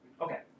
Okay